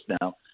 now